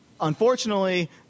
Unfortunately